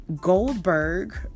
Goldberg